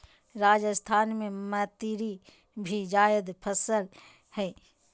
राजस्थान में मतीरी भी जायद फसल हइ